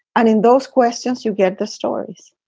i mean, those questions. you get the stories